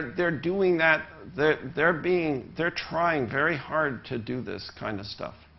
they're doing that they're they're being they're trying very hard to do this kind of stuff.